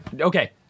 okay